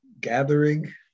gathering